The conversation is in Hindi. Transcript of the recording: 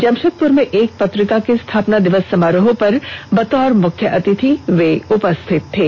जमशेदपुर में एक पत्रिका के स्थापना दिवस समारोह पर बतौर मुख्य अतिथि उपस्थित थे